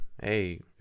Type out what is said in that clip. hey